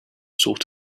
sort